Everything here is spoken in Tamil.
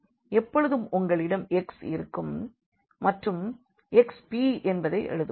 எப்பொழுதும் உங்களிடம் x இருக்கும் மற்றும் xpஎன்பதை எழுதுவோம்